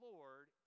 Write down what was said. Lord